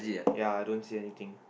ya I don't see anything